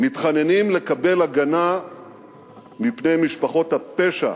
מתחננים לקבל הגנה מפני משפחות הפשע